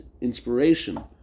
inspiration